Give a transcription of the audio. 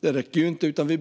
Det räcker inte, utan vi